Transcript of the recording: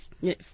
Yes